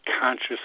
conscious